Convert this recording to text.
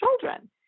children